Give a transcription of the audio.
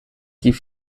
die